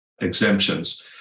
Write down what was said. exemptions